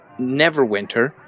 Neverwinter